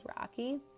rocky